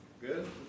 Good